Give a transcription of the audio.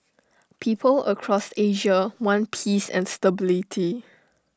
people across Asia want peace and stability